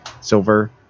silver